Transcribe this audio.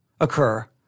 occur